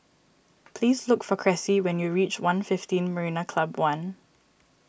please look for Cressie when you reach one Fiveteen Marina Club one